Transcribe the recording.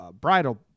bridal